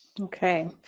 Okay